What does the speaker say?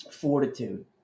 Fortitude